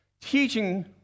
teaching